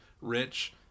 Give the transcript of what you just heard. rich